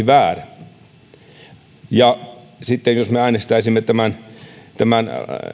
väärä jos me äänestäisimme tämän tämän